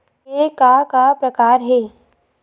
के का का प्रकार हे?